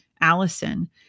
Allison